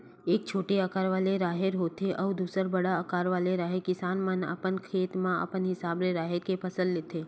एक छोटे अकार वाले राहेर होथे अउ दूसर बड़का अकार वाले राहेर, किसान मन अपन खेत म अपन हिसाब ले राहेर के फसल लेथे